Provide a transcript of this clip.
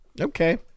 Okay